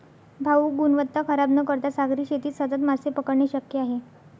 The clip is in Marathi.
भाऊ, गुणवत्ता खराब न करता सागरी शेतीत सतत मासे पकडणे शक्य आहे